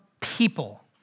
people